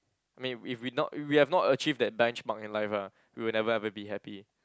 I mean if we not we have not achieve that benchmark in life ah we will never ever be happy